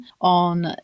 on